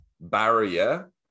barrier